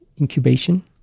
incubation